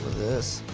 this.